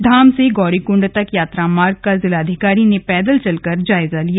धाम से गौरीकुंड तक यात्रा मार्ग का जिलाधिकारी ने पैदल चलकर जायजा लिया